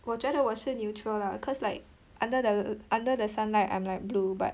我觉得我是 neutral lah cause like under the under the sunlight I'm like blue but